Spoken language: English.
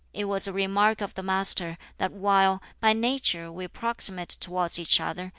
it was a remark of the master that while by nature we approximate towards each other,